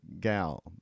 gal